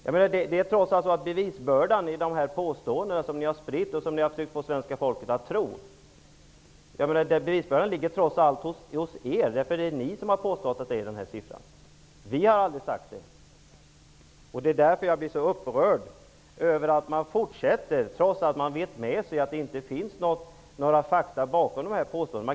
Bevisbördan när det gäller de påståenden som ni har spritt och försökt få svenska folket att tro på ligger trots allt på er. Det är ni som har påstått att dessa siffror gäller. Vi har aldrig sagt det. Jag blir upprörd över att man fortsätter att sprida dessa uppgifter, trots att man vet att det inte finns några fakta bakom påståendena.